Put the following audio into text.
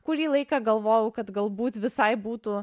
kurį laiką galvojau kad galbūt visai būtų